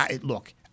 Look